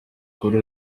kuri